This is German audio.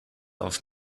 auf